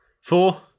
Four